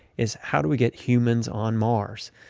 is how do we get humans on mars?